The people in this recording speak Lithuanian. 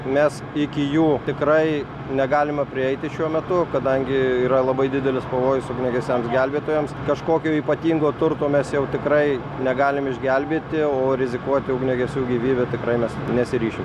nes iki jų tikrai negalima prieiti šiuo metu kadangi yra labai didelis pavojus ugniagesiams gelbėtojams kažkokio ypatingo turto mes jau tikrai negalim išgelbėti o rizikuoti ugniagesių gyvybe tikrai mes nesiryšim